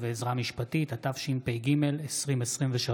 התשפ"ג 2023,